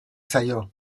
zaio